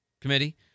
committee